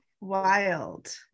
wild